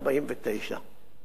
כי הוא כבר בלתי רלוונטי היום.